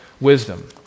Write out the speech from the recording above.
wisdom